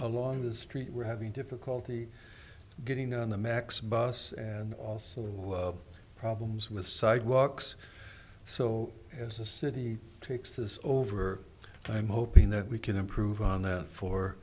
along the street were having difficulty getting on the max bus and also problems with sidewalks so as a city takes this over i'm hoping that we can improve on that for